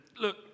look